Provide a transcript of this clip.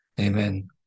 Amen